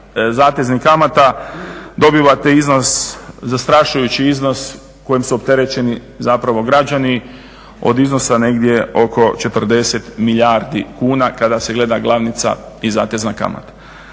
zateznih kamata dobivate iznos, zastrašujući iznos kojim su opterećeni zapravo građani od iznosa negdje oko 40 milijardi kuna kada se gleda glavnica i zatezna kamata.